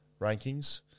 rankings